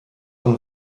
und